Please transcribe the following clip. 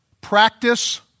Practice